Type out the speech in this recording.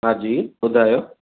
हा जी ॿुधायो